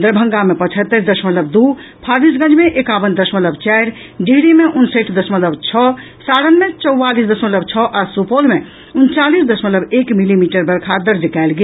दरभंगा मे पचहत्तरि दशमलव दू फारबिसगंज मे एकावन दशमलव चारि डिहरी मे उनसठि दशमलव छओ सारण मे चौवालीस दशमलव छओ आ सुपौल मे उनचालीस दशमलव एक मिलीमीटर वर्षा दर्ज कयल गेल